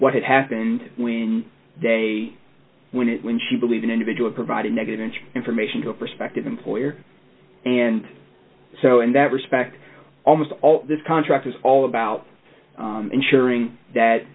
what had happened when they when it when she believed in individual provided negative information to a prospective employer and so in that respect almost all this contract was all about ensuring that